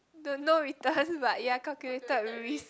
the no return but ya calculated risk